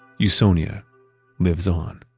usonia lives on